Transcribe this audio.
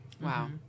Wow